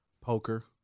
poker